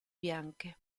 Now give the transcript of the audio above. bianche